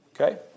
Okay